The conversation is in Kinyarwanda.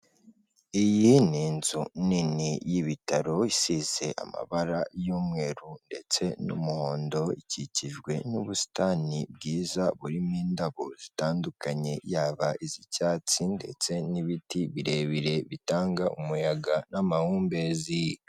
Iyi ni inzu nini y'ibitaro isize amabara y'umweru ndetse n'umuhondo, ikikijwe n'ubusitani bwiza burimo indabo zitandukanye, yaba iz'icyatsi ndetse n'ibiti birebire bitanga umuyaga n'amahumbezi.